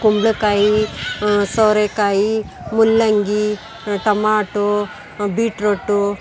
ಕುಂಬಳಕಾಯಿ ಸೋರೆಕಾಯಿ ಮೂಲಂಗಿ ಟೊಮಾಟೋ ಬೀಟ್ರೂಟು